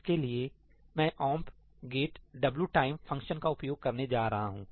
उसके लिए मैं 'omp get wtime ' फंक्शन का उपयोग करने जा रहा हूं